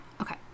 Okay